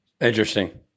Interesting